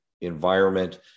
environment